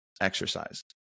exercise